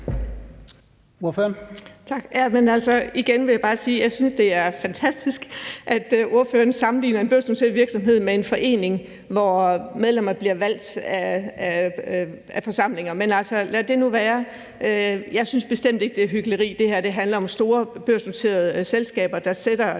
Birgitte Vind (S): Men altså, igen vil jeg bare sige, at jeg synes, at det er fantastisk, at ordføreren sammenligner børsnoteret virksomhed med en forening, hvor medlemmer bliver valgt af forsamlinger – men lad det nu være. Jeg synes bestemt ikke, det er hykleri. Det her handler om store børsnoterede selskaber, der sætter